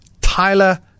Tyler